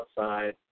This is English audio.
outside